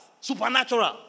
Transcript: supernatural